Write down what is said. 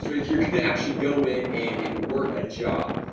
but if you're gonna actually go in and and work a job.